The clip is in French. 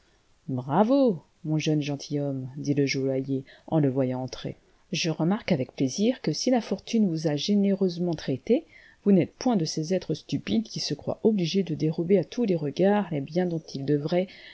bravo mon jeune gentilhomme dit le joailier en le voyant entrer je remarque avec plaisir que si la fortune vous a généreusement traité vous n'êtes point de ces êtres stupides qui se croient obligés de dérober à tous les regards les biens dont ils